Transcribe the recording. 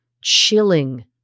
Chilling